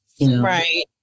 Right